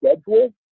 schedule